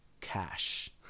cash